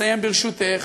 אני מסיים, ברשותך.